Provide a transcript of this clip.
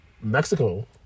Mexico